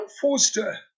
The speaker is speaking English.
Forster